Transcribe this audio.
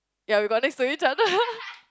ya we got next to each other